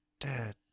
dead